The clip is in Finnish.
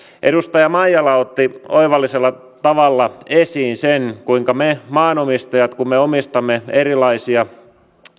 edustaja maijala otti oivallisella tavalla esiin sen kuinka me maanomistajat jotka omistamme erilaisia